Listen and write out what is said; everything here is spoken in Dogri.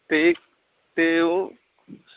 ते ते ओह्